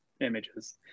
images